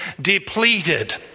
depleted